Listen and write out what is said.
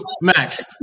Max